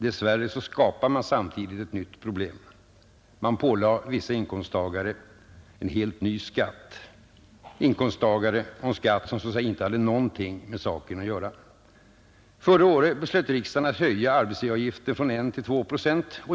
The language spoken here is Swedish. Dess värre skapade man samtidigt ett nytt problem. Man pålade vissa inkomsttagare en helt ny skatt — som så att säga inte hade någonting med saken att göra. Förra året beslöt riksdagen att höja arbetsgivaravgiften från 1 till 2 procent.